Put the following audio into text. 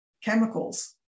chemicals